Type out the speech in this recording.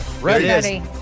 Ready